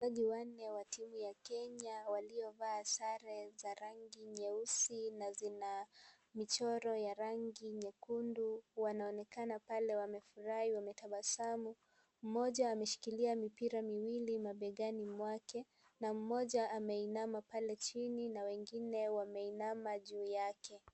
Wachezaji wanne wa timu ya kenya, waliovaa sare za rangi nyeusi na zina michoro ya rangi nyekundu. Wanaoneka pale wamefurahia, wametabasamu. Mmoja, ameshikilia mipira miwili mabegani mwake na mmoja ameinama pale chini na wengine wameinama juu yake.